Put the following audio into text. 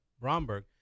Bromberg